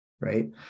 right